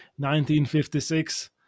1956